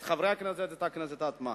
את חברי הכנסת ואת הכנסת עצמה.